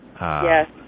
Yes